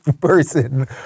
person